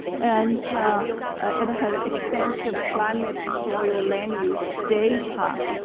and it has extensive climate, soil, land use data